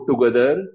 together